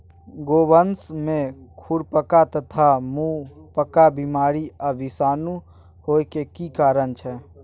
गोवंश में खुरपका तथा मुंहपका बीमारी आ विषाणु होय के की कारण छै?